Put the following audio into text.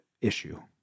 issue